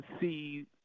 see